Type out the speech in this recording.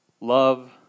love